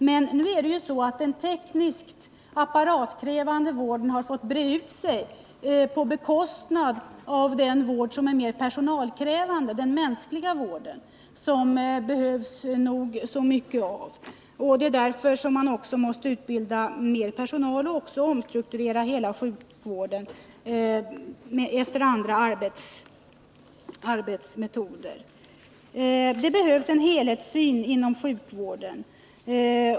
Men nu är det ju så att den tekniska apparatkrävande vården har fått breda ut sig på bekostnad av den vård som är mer personalkrävande, den mänskliga vården, som det behövs nog så mycket av. Det är därför man också måste utbilda mer personal och omstrukturera hela sjukvården efter andra arbetsmetoder. Det behövs en helhetssyn inom sjukvården.